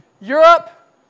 Europe